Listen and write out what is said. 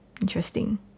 Interesting